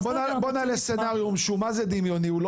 בואו נעשה תרחיש שהוא ממש דמיוני,